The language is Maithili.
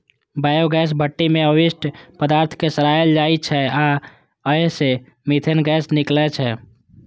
बायोगैस भट्ठी मे अवशिष्ट पदार्थ कें सड़ाएल जाइ छै आ अय सं मीथेन गैस निकलै छै